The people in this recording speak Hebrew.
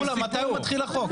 מתי מתחיל החוק?